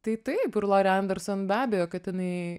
tai taip ir lori anderson be abejo kad jinai